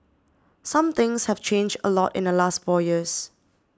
some things have changed a lot in the last four years